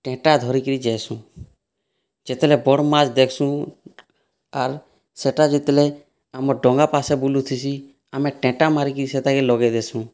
ଟେଁଟା ଧରିକିରି ଯାଇସୁ ଯେତେଲେ ବଡ୍ ମାଛ ଦେଖେସୁଁ ଆର୍ ସେହିଟା ଯେତେଲେ ଆମ ଡଙ୍ଗା ପାସେ ବୁଲୁଥିସୀ ଆମେ ଟେଁଟା ମାରିକିରି ସେହିଟାକେ ଲଗାଇ ଦେସୁ